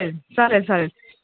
चालेल चालेल चालेल